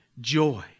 joy